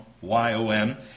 y-o-m